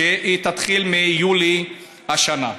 הקצבה שתתחיל ביולי השנה.